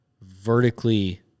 vertically